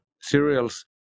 cereals